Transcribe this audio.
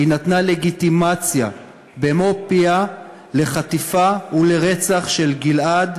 היא נתנה לגיטימציה במו-פיה לחטיפה ולרצח של גיל-עד,